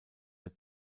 der